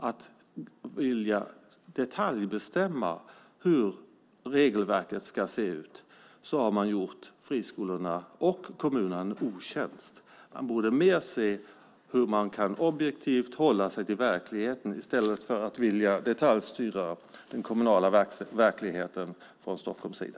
När man vill detaljbestämma hur regelverket ska se ut har man gjort friskolorna och kommunerna en otjänst. Man borde mer se hur man objektivt kan hålla sig till verkligheten i stället för att vilja detaljstyra den kommunala verkligheten från Stockholms sida.